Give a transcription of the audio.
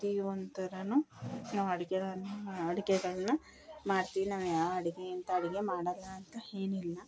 ಪ್ರತಿ ಪ್ರತಿಯೊಂದು ಥರಾನು ನಾವು ಅಡ್ಗೆಗಳನ್ನ ಅಡ್ಗೆಗಳನ್ನ ಮಾಡ್ತೀನಿ ನಾನು ಯಾವ ಅಡುಗೆ ಇಂಥ ಅಡುಗೆ ಮಾಡಲ್ಲ ಅಂತ ಏನಿಲ್ಲ